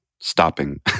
stopping